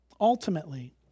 Ultimately